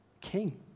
king